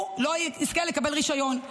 הוא לא יזכה לקבל רישיון,